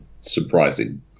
Surprising